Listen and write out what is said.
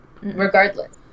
regardless